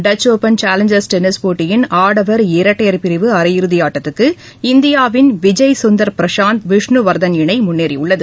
touch open challengers tennis போட்டியின் ஆடவர் இரட்டையர் பிரிவு அரையிறுதி ஆட்டத்துக்கு இந்தியாவின் விஜய் சுந்தர் பிரஷாந்த் விஷ்ணுவர்தன் இணை முன்னேறியுள்ளது